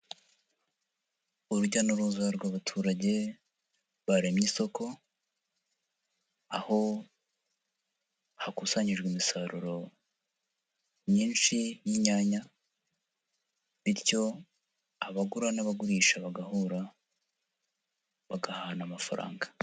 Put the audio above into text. Urujya n'uruza rw'abaturage baremye isoko, aho hakusanyijwe imisaruro myinshi y'inyanya, bityo abagura n'abagurisha bagahura, bagahana amafaranga.